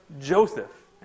Joseph